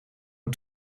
een